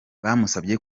bamusabye